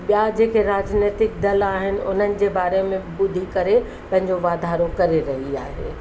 ॿियां जेके राजनितिक दल आहिनि उन्हनि जे बारे में ॿुधी करे पंहिंजो वाधारो करे रही आहे